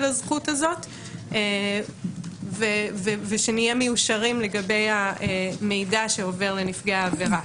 הזכות הזאת ושנהיה מיושרים לגבי המידע שעובר לנפגעי העבירה.